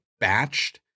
batched